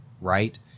right